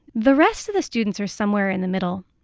the rest of the students are somewhere in the middle,